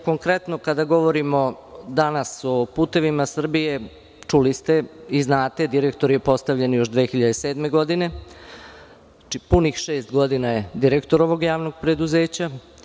Konkretno, kada govorimo danas o "Putevima Srbije", čuli ste i znate, direktor je postavljen još 2007. godine, znači punih šest godina je direktor ovog javnog preduzeća.